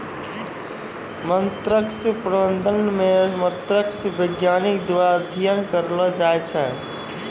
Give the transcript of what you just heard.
मत्स्य प्रबंधन मे मत्स्य बैज्ञानिक द्वारा अध्ययन करलो जाय छै